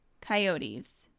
coyotes